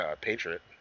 Patriot